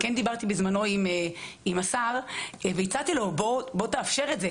דיברתי בזמנו עם השר והצעתי לו לאפשר את זה.